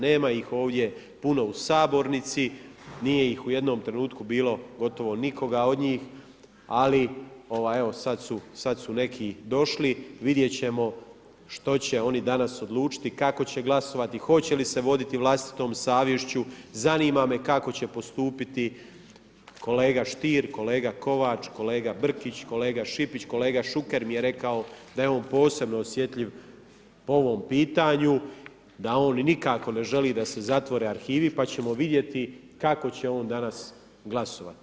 Nema ih ovdje puno u sabornici, nije ih u jednom trenutku bilo gotovo nikoga od njih, ali evo sad su neki došli, vidjet ćemo što će oni danas odlučiti, kako će glasovati, hoće li se voditi vlastitom savješću, zanima me kako će postupiti kolega Stier, kolega Kovač, kolega Brkić, kolega Šipić, kolega Šuker mi je rekao da je on posebno osjetljiv po ovom pitanju, da on nikako ne želi da se zatvore arhivi, pa ćemo vidjeti kako će on danas glasovati.